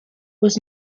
was